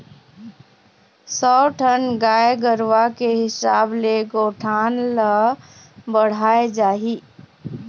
सौ ठन गाय गरूवा के हिसाब ले गौठान ल बड़हाय जाही